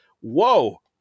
whoa